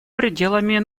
пределами